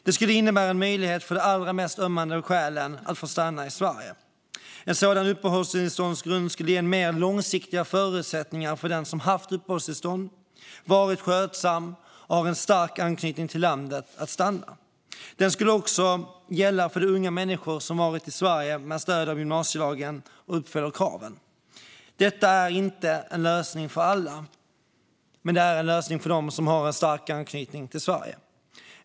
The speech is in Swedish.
Det skulle innebära en möjlighet för dem med de allra mest ömmande skälen att få stanna i Sverige. En sådan uppehålltillståndsgrund skulle ge mer långsiktiga förutsättningar för den som haft uppehållstillstånd, varit skötsam och har en stark anknytning till landet att stanna. Den skulle också gälla för de unga människor som varit i Sverige med stöd av gymnasielagen och som uppfyller kraven. Detta är inte en lösning för alla, men det är en lösning för dem som har stark anknytning till Sverige.